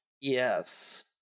yes